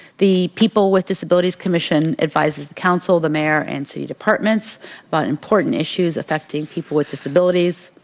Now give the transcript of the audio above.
the people with disabilities commission advises counsel, the mayor and city departments about important issues affecting people with disabilities.